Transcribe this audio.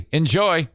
enjoy